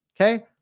Okay